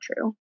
true